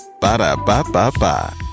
Ba-da-ba-ba-ba